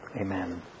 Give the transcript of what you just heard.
Amen